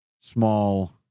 small